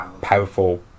powerful